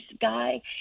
guy